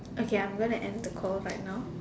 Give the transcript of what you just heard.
okay I'm going to end the call right now